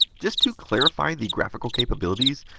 just to clarify the graphical capabilities.